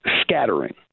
scattering